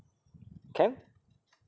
can